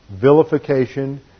vilification